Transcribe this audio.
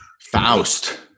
Faust